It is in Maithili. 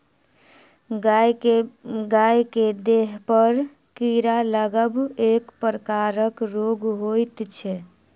गाय के देहपर कीड़ा लागब एक प्रकारक रोग होइत छै